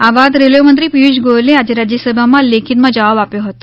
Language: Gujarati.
આ વાત રેલવે મંત્રીપિયુષ ગોયલે આજે રાજ્યસભામાં લેખિતમાં જવાબ આપ્યો હતો